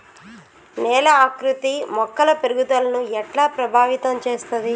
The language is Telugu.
నేల ఆకృతి మొక్కల పెరుగుదలను ఎట్లా ప్రభావితం చేస్తది?